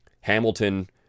Hamilton